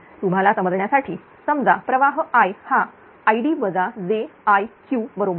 तुम्हाला समजण्यासाठी समजा प्रवाह I हा Id jIq बरोबर आहे